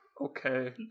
Okay